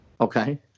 Okay